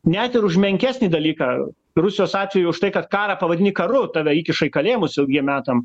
net ir už menkesnį dalyką rusijos atveju už tai kad karą pavadini karu tave įkiša į kalėjimus ilgiem metam